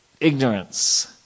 ignorance